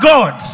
God